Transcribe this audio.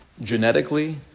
genetically